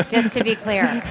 like just to be clear.